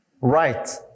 right